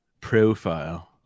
Profile